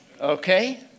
Okay